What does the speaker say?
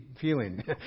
feeling